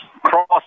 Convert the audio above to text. Cross